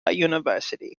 university